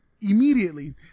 immediately